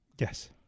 Yes